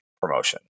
promotion